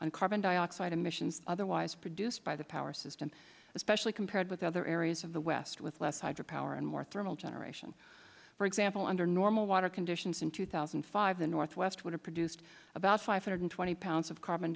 on carbon dioxide emissions otherwise produced by the power system especially compared with other areas of the west with less hydro power and more thermal generation for example under normal water conditions in two thousand and five the northwest would have produced about five hundred twenty pounds of carbon